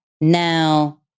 now